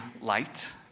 light